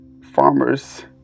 farmers